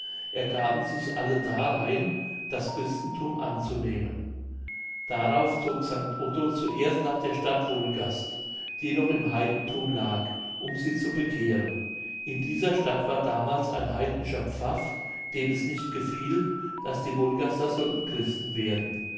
ergaben sie sich alle darein das christenthum anzunehmen darauf zog st otto zuerst nach der stadt wolgast die noch im heidenthum lag um sie zu bekehren in dieser stadt war damals ein heidnischer pfaff dem es nicht gefiel daß die wolgaster sollten christen werden